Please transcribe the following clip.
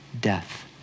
death